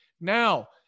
Now